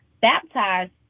baptized